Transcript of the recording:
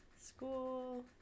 School